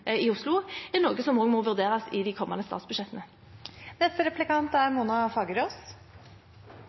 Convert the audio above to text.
i Oslo, er noe som også må vurderes i de kommende statsbudsjettene.